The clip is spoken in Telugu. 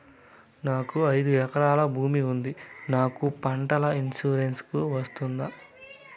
నాకు ఐదు ఎకరాల భూమి ఉంది నాకు పంటల ఇన్సూరెన్సుకు వస్తుందా?